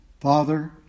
Father